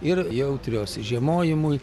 yra jautrios žiemojimui